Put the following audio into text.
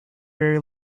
very